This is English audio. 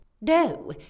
No